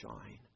shine